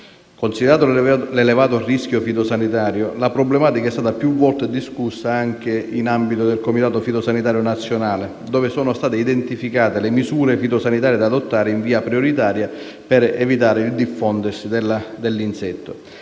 Considerato l'elevato rischio fitosanitario, la problematica è stata più volte discussa anche nell'ambito del comitato fitosanitario nazionale, dove sono state identificate le misure fitosanitarie da adottare in via prioritaria per contrastare il diffondersi dell'insetto,